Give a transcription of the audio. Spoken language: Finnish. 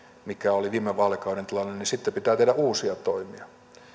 mikä oli viime vaalikauden tilanne niin sitten pitää tehdä uusia toimia